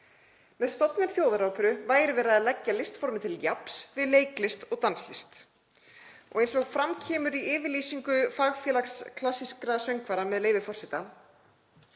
Með stofnun Þjóðaróperu væri verið að leggja listformið til jafns við leiklist og danslist. Eins og fram kemur í yfirlýsingu Fagfélags klassískra söngvara á Íslandi, með leyfi forseta: